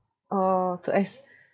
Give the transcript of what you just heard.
orh too ex~